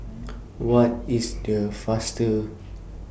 What IS The fastest